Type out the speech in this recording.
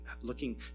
looking